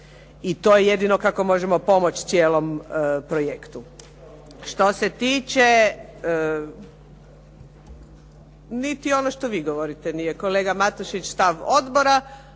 I to je jedino kako možemo pomoći cijelom projektu.